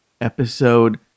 episode